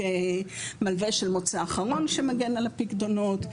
כמלווה של מוצא אחרון שמגן על הפיקדונות,